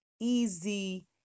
easy